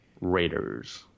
Raiders